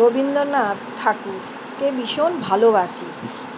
রবীন্দ্রনাথ ঠাকুরকে ভীষণ ভালোবাসি